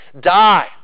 die